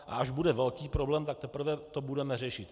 A až bude velký problém, tak teprve to budeme řešit.